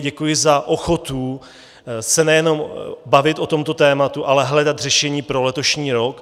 Děkuji za ochotu se nejenom bavit o tomto tématu, ale hledat řešení pro letošní rok.